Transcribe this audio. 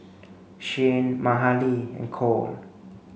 Shianne Mahalie and Cole